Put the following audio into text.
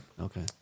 Okay